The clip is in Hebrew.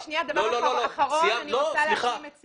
רגע שניה דבר אחרון אני רוצה להשלים את שמחה.